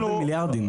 לא במיליארדים.